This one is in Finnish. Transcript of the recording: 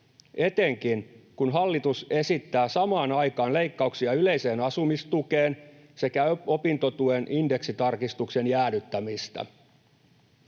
etenkään kun hallitus esittää samaan aikaan leikkauksia yleiseen asumistukeen sekä opintotuen indeksitarkistuksen jäädyttämistä.